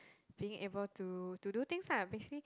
being able to to do things lah basically